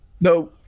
No